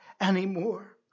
anymore